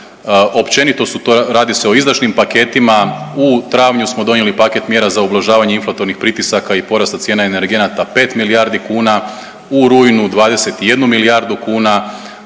općenito su to, radi se o izdašnim paketima, u travnju smo donijeli paket mjera za ublažavanje inflatornih pritisaka i porasta cijena energenata 5 milijardi kuna, u rujnu 21 milijardu kuna,